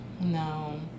No